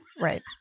Right